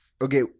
okay